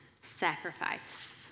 sacrifice